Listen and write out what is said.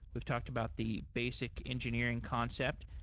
we've talked about the basic engineering concept.